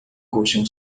colchão